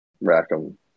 Rackham